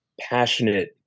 passionate